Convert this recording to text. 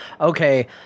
okay